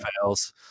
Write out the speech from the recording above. fails